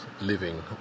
living